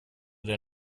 der